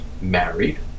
married